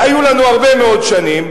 "היו לנו הרבה מאוד שנים.